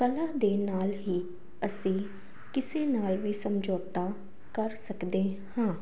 ਕਲਾ ਦੇ ਨਾਲ ਹੀ ਅਸੀਂ ਕਿਸੇ ਨਾਲ ਵੀ ਸਮਝੌਤਾ ਕਰ ਸਕਦੇ ਹਾਂ